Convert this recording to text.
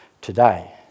today